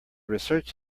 research